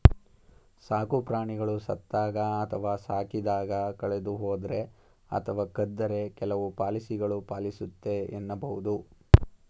ಸಾಕುಪ್ರಾಣಿಗಳು ಸತ್ತಾಗ ಅಥವಾ ಸಾಕಿದಾಗ ಕಳೆದುಹೋದ್ರೆ ಅಥವಾ ಕದ್ದರೆ ಕೆಲವು ಪಾಲಿಸಿಗಳು ಪಾಲಿಸುತ್ತೆ ಎನ್ನಬಹುದು